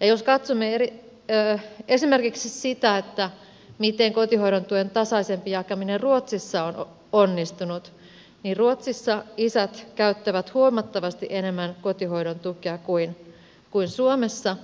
jos katsomme esimerkiksi sitä miten kotihoidon tuen tasaisempi jakaminen ruotsissa on onnistunut niin ruotsissa isät käyttävät huomattavasti enemmän kotihoidon tukea kuin suomessa